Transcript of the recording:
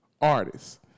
artists